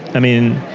i mean,